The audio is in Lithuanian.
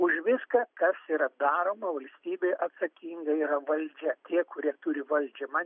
už viską kas yra daroma valstybėje atsakinga yra valdžia tie kurie turi valdžią man